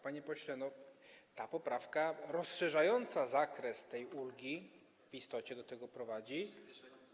Panie pośle, poprawka rozszerzająca zakres ulgi - w istocie do tego prowadzi.